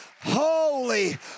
holy